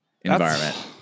environment